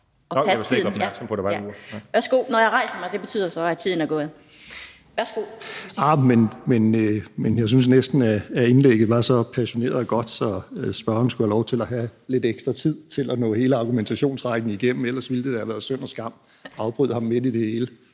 Justitsministeren (Nick Hækkerup): Jamen jeg synes, at indlægget var så passioneret og godt, at spørgeren næsten skulle have lov til at have lidt ekstra tid til at nå hele argumentationsrækken igennem. Det ville da have været synd og skam at afbryde ham midt i det hele,